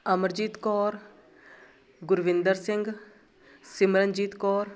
Amarjit Kaur Gurwinder Singh Simranjit Kaur